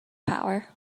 power